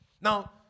Now